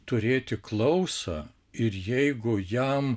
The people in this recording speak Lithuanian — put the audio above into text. turėti klausą ir jeigu jam